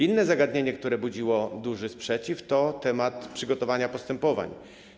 Inne zagadnienie, które budziło duży sprzeciw, to kwestia przygotowania postępowań.